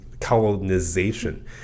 colonization